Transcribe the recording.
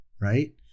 Right